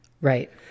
Right